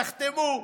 תחתמו.